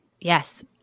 Yes